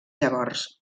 llavors